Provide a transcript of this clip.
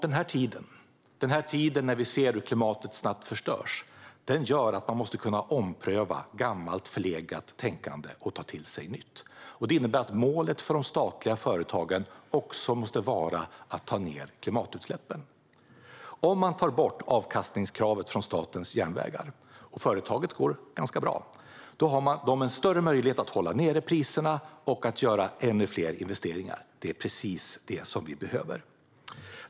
När vi nu ser hur klimatet snabbt förstörs måste man kunna ompröva gammalt, förlegat tänkande och ta till sig nytt. Det innebär att målet för de statliga företagen också måste vara att minska klimatutsläppen. Om man tar bort avkastningskravet från Statens järnvägar - företaget går ganska bra - har man större möjlighet att hålla nere priserna och att göra ännu fler investeringar. Det är precis det som vi behöver.